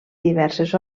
diverses